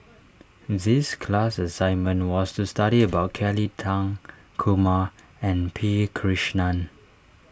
this class assignment was to study about Kelly Tang Kumar and P Krishnan